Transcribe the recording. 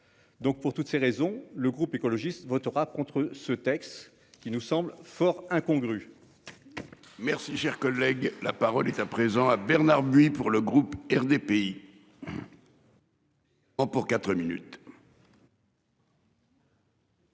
Donc pour toutes ces raisons, le groupe écologiste votera contre ce texte qui nous semble fort incongrue. Merci, cher collègue, la parole est à présent à Bernard buis pour le groupe RDPI.